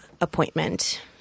appointment